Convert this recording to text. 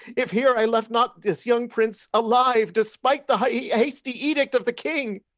if here i left not this young prince alive, despite the hasty edict of the king.